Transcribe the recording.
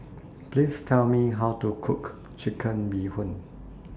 Please Tell Me How to Cook Chicken Bee Hoon